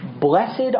Blessed